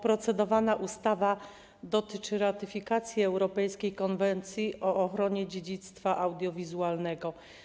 Procedowana ustawa dotyczy ratyfikacji Europejskiej Konwencji o ochronie dziedzictwa audiowizualnego.